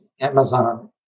Amazon